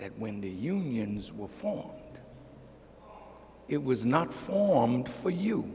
that when the unions were for it was not formed for you